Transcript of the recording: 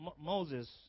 Moses